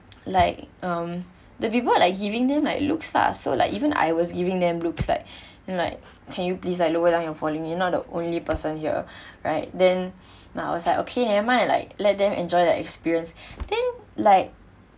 like um the people like giving them like looks lah so like even I was giving them looks like like can you please Iike lower down your volume you not the only person here right then I was like okay never mind like let them enjoy the experience then like